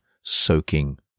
soaking